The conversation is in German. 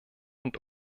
und